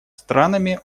странами